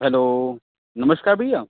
hello नमस्कार भैया